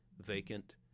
vacant